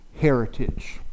heritage